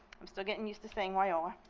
i'm still getting used to saying wioa.